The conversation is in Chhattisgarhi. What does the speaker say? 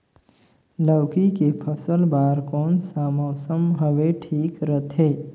लौकी के फसल बार कोन सा मौसम हवे ठीक रथे?